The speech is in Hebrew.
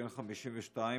בן 52,